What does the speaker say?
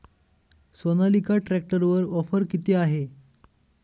सोनालिका ट्रॅक्टरवर ऑफर किती आहे?